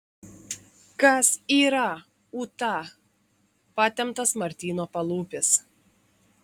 kas yra ūta patemptas martyno palūpis